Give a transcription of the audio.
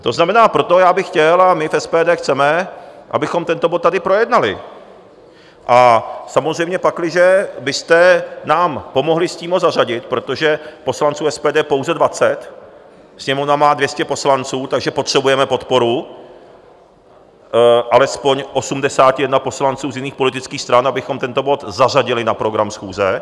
To znamená, proto bych chtěl a my v SPD chceme abychom tento bod tady projednali, samozřejmě pakliže byste nám pomohli s tím ho zařadit, protože poslanců SPD je pouze dvacet, Sněmovna má 200 poslanců, takže potřebujeme podporu alespoň 81 poslanců z jiných politických stran, abychom tento bod zařadili na program schůze.